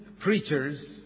preachers